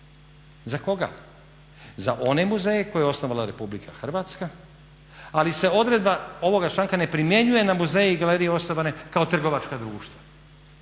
za koga? Za one muzeje koje je osnovala Republike Hrvatska, ali se odredba ovog članka ne primjenjuje na muzeje i galerije osnovane kao trgovačka društva.